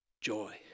Joy